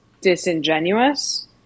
disingenuous